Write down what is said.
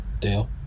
dale